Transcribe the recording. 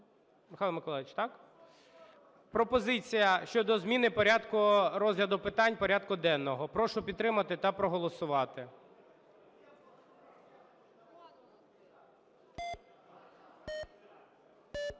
Пропозиція щодо зміни порядку розгляду питань порядку денного. Прошу підтримати та проголосувати.